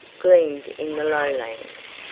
gleamed in the lowlands,